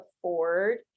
afford